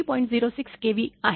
8006×100 kV आहे